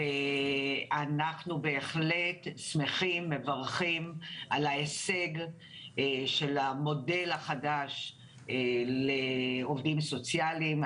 אנחנו בהחלט שמחים ומברכים על ההשיג של המודל החדש לעובדים סוציאליים.